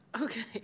okay